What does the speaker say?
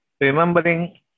remembering